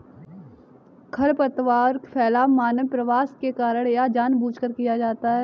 खरपतवार फैलाव मानव प्रवास के कारण या जानबूझकर किया जाता हैं